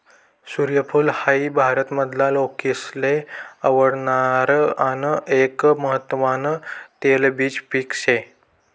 सूर्यफूल हाई भारत मधला लोकेसले आवडणार आन एक महत्वान तेलबिज पिक से